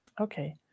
Okay